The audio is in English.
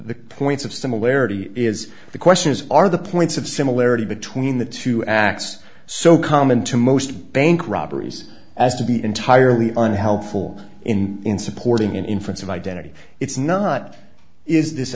the points of similarity is the question is are the points of similarity between the two acts so common to most bank robberies as to be entirely unhelpful in in supporting an inference of identity it's not is this